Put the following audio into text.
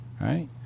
right